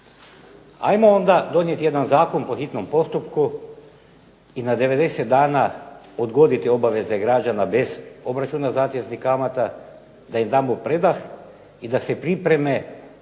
Ajmo onda donijeti jedan zakon po hitnom postupku i na 90 dana odgoditi obaveze građana bez obračuna zateznih kamata, da im damo predah i da se pripreme